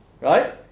right